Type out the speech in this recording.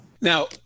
Now